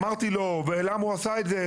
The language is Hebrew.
אמרתי לו ולמה הוא עשה את זה".